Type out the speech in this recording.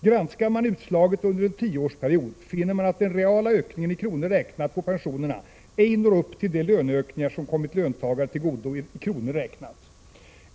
Granskar man utslaget under en tioårsperiod finner man att den reala ökningen i kronor räknat på pensionerna ej når upp till de löneökningar som kommit löntagare tillgodo i kronor räknat.